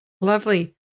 Lovely